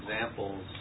examples